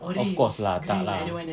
of course lah tak lah